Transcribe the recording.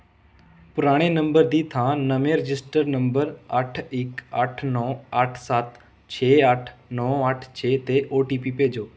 ਪੁਰਾਣੇ ਨੰਬਰ ਦੀ ਥਾਂ ਨਵੇਂ ਰਜਿਸਟਰਡ ਨੰਬਰ ਅੱਠ ਇੱਕ ਅੱਠ ਨੌਂ ਅੱਠ ਸੱਤ ਛੇ ਅੱਠ ਨੌਂ ਅੱਠ ਛੇ 'ਤੇ ਓ ਟੀ ਪੀ ਭੇਜੋ